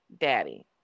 Daddy